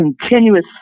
continuous